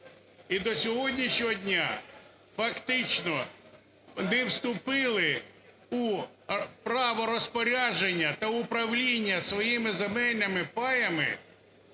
І до сьогоднішнього дня фактично не вступили у право розпорядження та управління своїми земельними паями